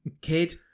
kid